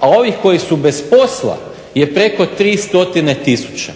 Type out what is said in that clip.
a ovi koji su bez posla je preko 300 tisuća.